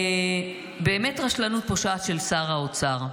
באמת רשלנות פושעת של שר האוצר.